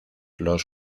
los